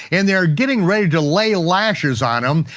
and they are getting ready to lay lashes on him,